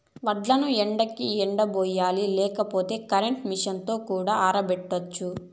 వడ్లను ఎండకి ఆరబోయాలి లేకపోతే కరెంట్ మెషీన్ తో కూడా ఆరబెట్టచ్చు